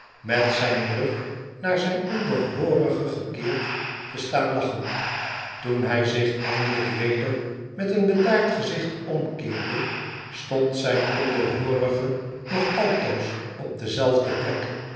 met zijn rug naar zijn onderhoorige gekeerd te staan lachen toen hij zich eindelijk weder met een bedaard gezicht omkeerde sytond zijn onderhoorige nog altoos op dezelfde plek